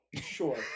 Sure